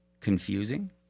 confusing